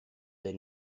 the